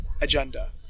agenda